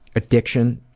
addiction,